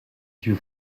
dieu